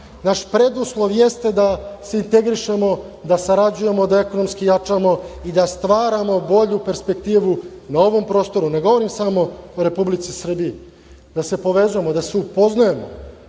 Naš preduslov jeste da se integrišemo, da sarađujemo, da ekonomski jačamo i da stvaramo bolju perspektivu na ovom prostoru, ne govorim samo o Republici Srbiji, da se povezujemo, da se upoznajemo